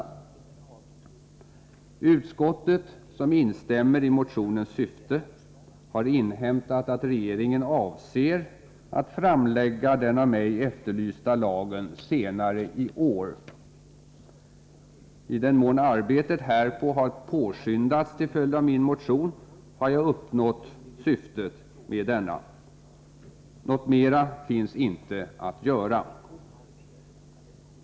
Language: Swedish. Utskottet, som instämmer i motionens syfte, har inhämtat att regeringen avser att framlägga den av mig efterlysta lagen senare i år. I den mån arbetet härpå har påskyndats till följd av min motion har jag uppnått syftet med denna. Något mera finns inte att göra.